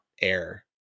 air